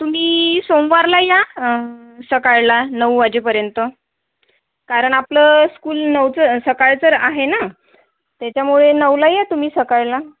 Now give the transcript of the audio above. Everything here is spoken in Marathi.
तुम्ही सोमवारला या सकाळला नऊ वाजेपर्यंत कारण आपलं स्कूल नऊचं सकाळचं आहे ना त्याच्यामुळे नऊला या तुम्ही सकाळला